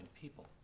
people